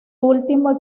último